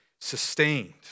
sustained